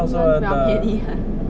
woodlands 比较便宜啊